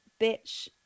bitch